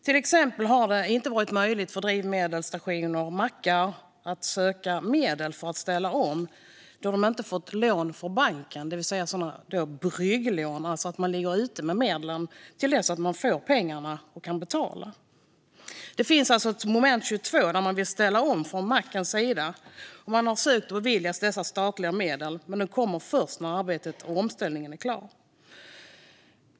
Till exempel har det inte varit möjligt för drivmedelsstationer och mackar att söka medel för att ställa om då de inte fått lån från banken, det vill säga brygglån. De har därmed inte kunnat ligga ute med medlen till dess att de får pengarna och kan betala. Det finns alltså ett moment 22: Från mackens sida vill man ställa om, och man har sökt och beviljats dessa statliga medel - men de kommer först när arbetet och omställningen är klar.